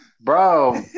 bro